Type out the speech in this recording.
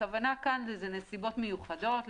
הכוונה כאן היא לנסיבות מיוחדות,